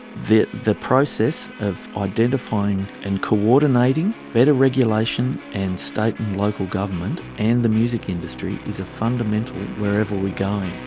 the the process of identifying and coordinating better regulation and state and local government and the music industry is a fundamental, wherever we